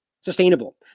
sustainable